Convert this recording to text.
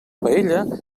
paella